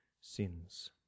sins